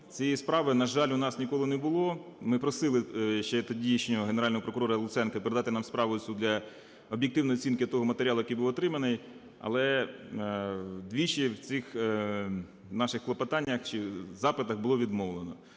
цієї справи, на жаль, у нас ніколи не було. Ми просили ще тодішнього Генерального прокурора Луценка передати нам справу в суд для об'єктивної оцінки того матеріалу, який був отриманий, але двічі в цих наших клопотаннях чи запитах було відмовлено.